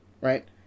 right